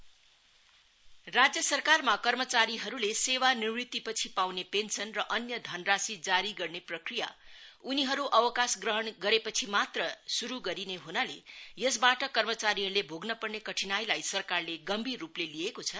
memorandum retirement राज्य सरकारमा कर्मचारीहरूले सेवार्निवृत्तिपछि पाउने पेन्सन र अन्य धनराशि जारी गर्ने प्रक्रिया उनीहरू अवकाश ग्रहण गरेपछि मात्र श्रु गरिने हनाले यसबाट कर्माचारीहरूले भोग्नपर्ने कठिनाइलाई सरकारले गम्भीर रूपले लिएको छ